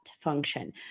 function